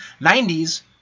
90s